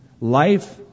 Life